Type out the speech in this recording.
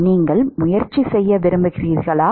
நீங்கள் முயற்சி செய்ய விரும்புகிறீர்களா